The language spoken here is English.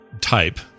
type